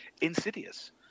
insidious